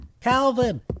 Calvin